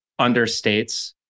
understates